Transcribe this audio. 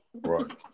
Right